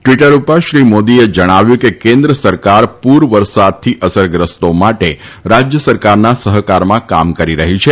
Twitter પર શ્રી મોદીએ જણાવ્યું કે કેન્દ્ર સરકાર પૂર વરસાદથી અસરગ્રસ્તો માટે રાજ્ય સરકારના સહકારમાં કામ કરી રહી છે